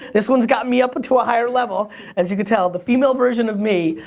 this one's got me up into a higher level as you can tell. the female version of me,